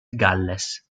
galles